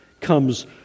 comes